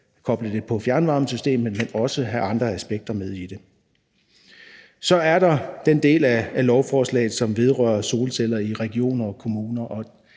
kan koble det på fjernvarmesystemet, men at man også har andre aspekter med i det. Så er der den del af lovforslaget, som vedrører solceller i regioner og kommuner.